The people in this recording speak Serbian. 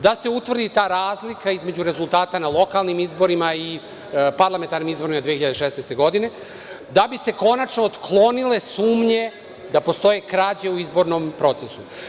Da se utvrdi ta razlika između rezultata na lokalnim izborima i parlamentarnim izborima 2016. godine, da bi se konačno otklonile sumnje da postoje krađe u izbornom procesu.